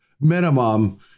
minimum